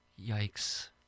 Yikes